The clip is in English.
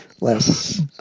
less